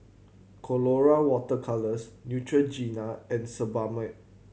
Colora Water Colours Neutrogena and Sebamed